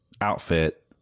outfit